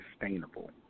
sustainable